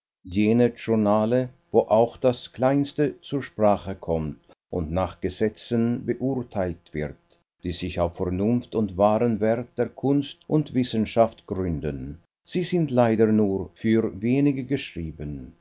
journale wo auch das kleinste zur sprache kommt und nach gesetzen beurteilt wird die sich auf vernunft und wahren wert der kunst und wissenschaft gründen sie sind leider nur für wenige geschrieben